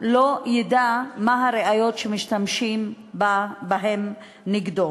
לא ידע מה הראיות שמשתמשים בהן נגדו.